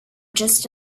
just